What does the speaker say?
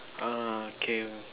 ah okay